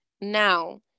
Now